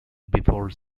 before